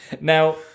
Now